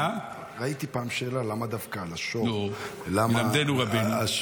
ראיתי פעם שאלה למה דווקא על השור, למה השור.